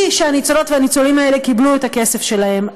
שהניצולות והניצולים האלה קיבלו את הכסף שלהם.